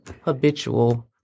habitual